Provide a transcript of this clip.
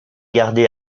garder